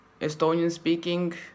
Estonian-speaking